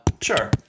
Sure